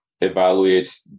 evaluate